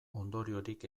ondoriorik